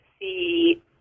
see